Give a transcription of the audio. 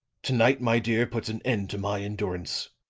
to-night, my dear, puts an end to my endurance.